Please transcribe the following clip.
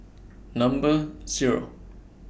Number Zero